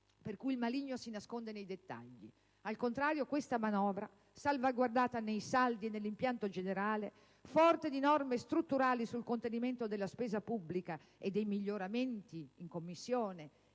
per cui il maligno si nasconde nei dettagli. Al contrario, questa manovra, salvaguardata nei saldi e nell'impianto generale, forte di norme strutturali sul contenimento della spesa pubblica e dei miglioramenti apportati in Commissione